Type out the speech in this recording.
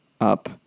up